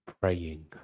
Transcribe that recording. praying